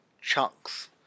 chunks